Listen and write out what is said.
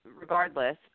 regardless